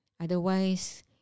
Otherwise